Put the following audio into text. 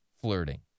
flirting